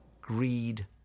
greed